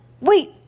Wait